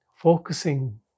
focusing